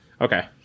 Okay